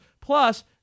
Plus